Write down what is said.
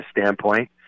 standpoint